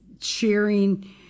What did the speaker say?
sharing